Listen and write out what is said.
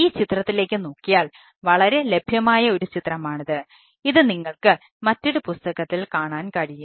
ഈ ചിത്രത്തിലേക്ക് നോക്കിയാൽ വളരെ ലഭ്യമായ ഒരു ചിത്രമാണിത് ഇത് നിങ്ങൾക്ക് മറ്റൊരു പുസ്തകത്തിൽ കാണാൻ കഴിയും